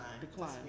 decline